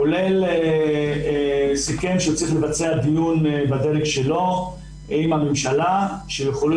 כולל סיכם שצריך לבצע דיון בדרג שלו עם הממשלה שיכולה